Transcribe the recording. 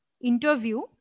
interview